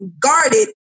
guarded